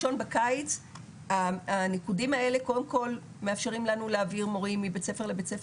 בקיץ הנקודים האלה קודם כל מאפשרים לנו להעביר מורים מבית ספר לבית ספר,